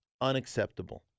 unacceptable